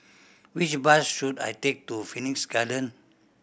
which bus should I take to Phoenix Garden